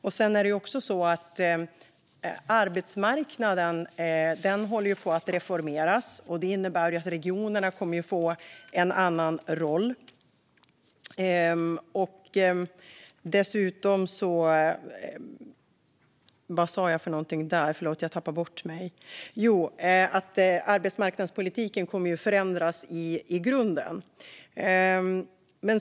Vidare håller arbetsmarknaden på att reformeras, och det innebär att regionerna kommer att få en annan roll. Arbetsmarknadspolitiken kommer att förändras i grunden.